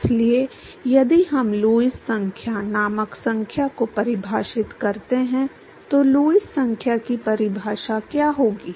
इसलिए यदि हम लुईस संख्या नामक संख्या को परिभाषित करते हैं तो लुईस संख्या की परिभाषा क्या होगी